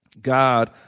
God